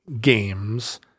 games